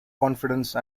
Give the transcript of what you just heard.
confidence